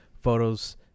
photos